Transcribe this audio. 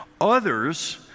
others